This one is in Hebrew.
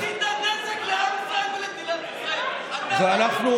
אתה עשית נזק לעם ישראל ולמדינת ישראל, כמו,